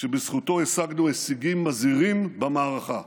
ובזכותו השגנו הישגים מזהירים במערכה,